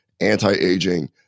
anti-aging